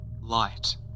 light